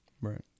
Right